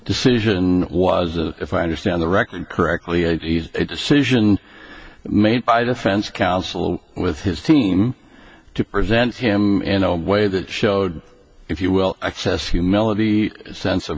decision was a if i understand the record correctly and he's a decision made by defense counsel with his team to present him in a way that showed if you will excess humility sense of